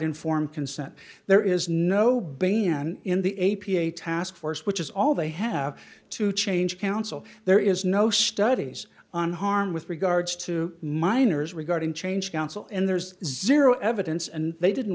informed consent there is no ban in the a p a task force which is all they have to change counsel there is no studies on harm with regards to minors regarding change counsel and there's zero evidence and they didn't